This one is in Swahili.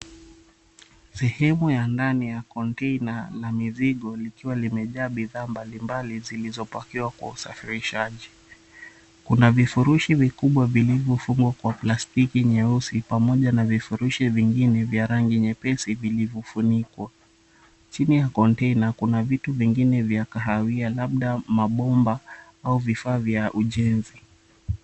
Sehemu ya ndani ya container ya mizigo ikiwa imejaa bidhaa mbali mbali zilizopakiwa kwa usafirishaji, kuna vifurushi vikibwa vilivyo fungwa plastiki nyeusi pamoja na vifurushi vingine vya rangi nyepesi vyenye vilivyofunikwa. Chini ya container , kuna vitu vingine vya kahawia labda mabomba au vifaa vya ujenzi.